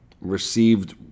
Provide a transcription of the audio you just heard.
received